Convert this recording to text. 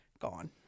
gone